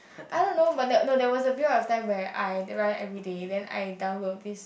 I don't know but there no there was a period of time where I run everyday then I download this